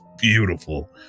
beautiful